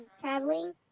traveling